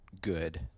good